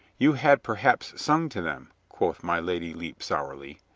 you had perhaps sung to them, quoth my lady lepe sourly.